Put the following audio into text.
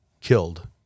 killed